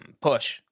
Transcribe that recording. push